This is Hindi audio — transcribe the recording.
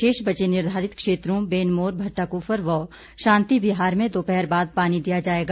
शेष बचे निर्धारित क्षेत्रों बेनमोर भट्टा कुफर व शांति बिहार में दोपहर बाद पानी दिया जाएगा